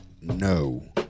No